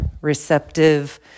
receptive